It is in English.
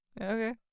Okay